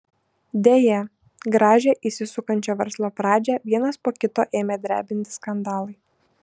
deja gražią įsisukančio verslo pradžią vienas po kito ėmė drebinti skandalai